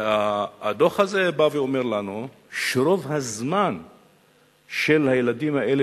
הדוח הזה בא ואומר לנו שרוב הזמן הילדים האלה